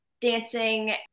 dancing